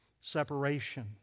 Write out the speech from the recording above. separation